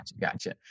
gotcha